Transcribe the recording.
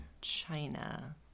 China